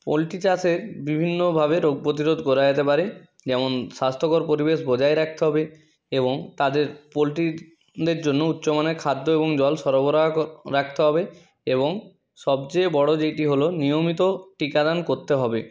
poultry চাষের বিভিন্নভাবে রোগ প্রতিরোধ করা যেতে পারে যেমন স্বাস্থ্যকর পরিবেশ বজায় রাখতে হবে এবং তাদের পোলট্রিদের জন্য উচ্চমানের খাদ্য এবং জল সরবরাহ রাখতে হবে এবং সবচেয়ে বড় যেইটি হলো নিয়মিত টিকা দান করতে হবে